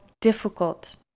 difficult